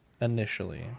initially